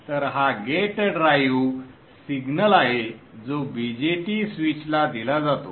तर हा gate drive signal आहे जो BJT स्विचला दिला जातो